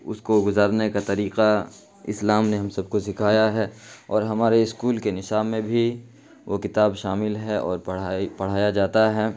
اس کو گزارنے کا طریقہ اسلام نے ہم سب کو سکھایا ہے اور ہمارے اسکول کے نصاب میں بھی وہ کتاب شامل ہے اور پڑھائی پڑھایا جاتا ہے